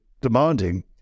demanding